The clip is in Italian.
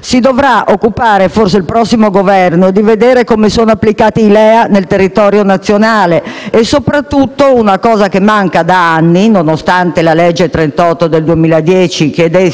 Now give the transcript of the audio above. Si dovrà occupare forse, il prossimo Governo, di controllare come sono applicati i LEA nel territorio nazionale e soprattutto, cosa che manca da anni, nonostante la legge n. 38 del 2010 chiedesse